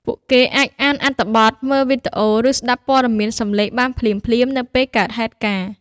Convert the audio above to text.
ពួកគេអាចអានអត្ថបទ មើលវីដេអូ ឬស្ដាប់ព័ត៌មានសំឡេងបានភ្លាមៗនៅពេលកើតហេតុការណ៍។